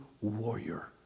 warrior